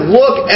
look